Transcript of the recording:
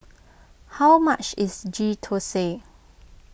how much is Ghee Thosai